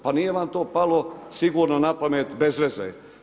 Pa nije vam to palo sigurno na pamet bezveze.